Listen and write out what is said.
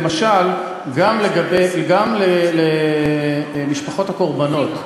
הצדק, למשל, גם למשפחות הקורבנות.